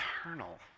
eternal